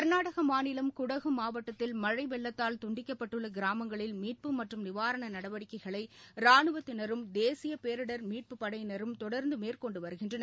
கா்நாடக மாநிலம் குடகு மாவட்டத்தில் மழை வெள்ளத்தால் துண்டிக்கபப்ட்டுள்ள கிராமங்களில் மீட்பு மற்றும் நிவாரண நடவடிக்கைகளை ராணுவத்தினரும் தேசிய பேரிடர் மீட்புப் படையினரும் தொடர்ந்து மேற்கொண்டு வருகின்றனர்